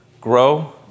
grow